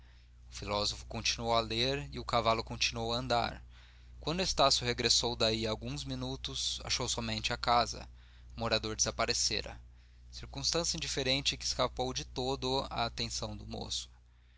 filósofo continuou a ler e o cavalo continuou a andar quando estácio regressou daí a alguns minutos achou somente a casa o morador desaparecera circunstância indiferente que escapou de todo à atenção do moço